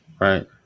right